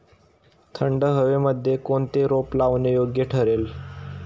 थंड हवेमध्ये कोणते रोप लावणे योग्य ठरेल?